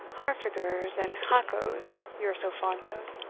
harfagers, and hacos you are so fond of.